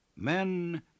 Men